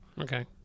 okay